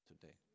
today